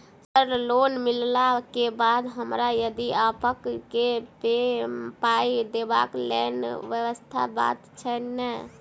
Sir loan मिलला केँ बाद हम यदि ऑफक केँ मे पाई देबाक लैल व्यवस्था बात छैय नै?